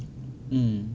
mm